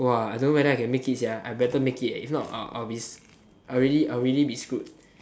!wah! I don't know whether I can make it sia I better make it eh if not I'll I'll be I'll really I'll really be screwed